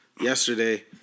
yesterday